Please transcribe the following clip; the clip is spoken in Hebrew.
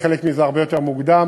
וחלק מזה הרבה יותר מוקדם,